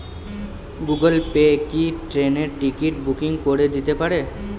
Google Pay কি ট্রেনের ticket booking করে দিতে পারে?